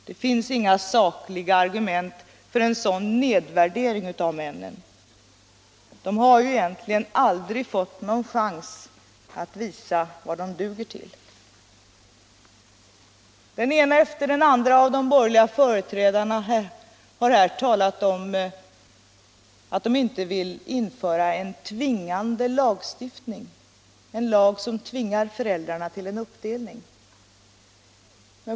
Det finns inga sakliga argument för en sådan nedvärdering av männen. De har aldrig fått någon chans att visa vad de duger till. Den ena efter den andra av de borgerliga företrädarna har här talat om att de inte vill införa en tvingande lagstiftning, en lag som tvingar föräldrar till en uppdelning.